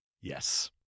Yes